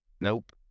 Nope